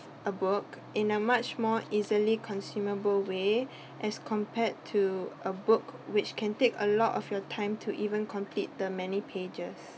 a book in a much more easily consumable way as compared to a book which can take a lot of your time to even complete the many pages